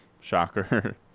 Shocker